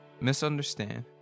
misunderstand